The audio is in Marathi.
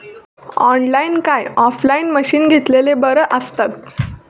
ऑनलाईन काय ऑफलाईन मशीनी घेतलेले बरे आसतात?